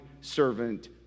servant